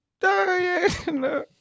Diana